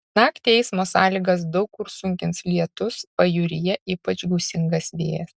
naktį eismo sąlygas daug kur sunkins lietus pajūryje ypač gūsingas vėjas